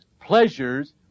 pleasures